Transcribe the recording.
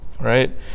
Right